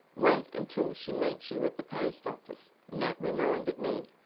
wait until she meets you at the post-office, nat reminded ned.